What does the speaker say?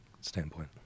standpoint